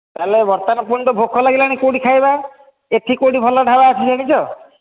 ତାହେଲେ ବର୍ତ୍ତମାନ ପୁଣି ତ ଭୋକ ଲାଗିଲାଣି କୋଉଠି ଖାଇବା ଏଠି କୋଉଠି ଭଲ ଢ଼ାବା ଅଛି ଜାଣିଛ